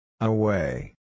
Away